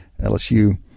LSU